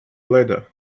ladder